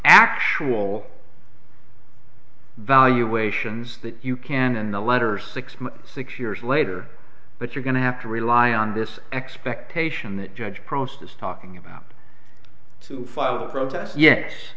actual valuations that you can and the letter six six years later but you're going to have to rely on this expectation that judge pro states talking about to file a protest yes